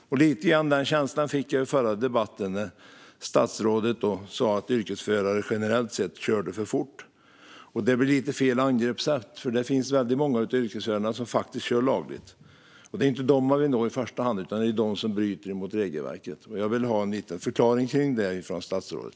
Det var lite den känslan jag fick i den förra debatten då statsrådet sa att yrkesförare generellt sett kör för fort. Det blir fel angreppssätt, för det finns många yrkesförare som kör lagligt. Det är inte dem man vill nå i första hand, utan det är dem som bryter mot regelverket. Jag vill ha en liten förklaring om detta från statsrådet.